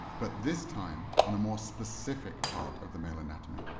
but this time, on a more specific part of the male anatomy.